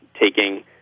taking